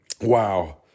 Wow